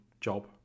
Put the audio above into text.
job